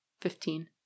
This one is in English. Fifteen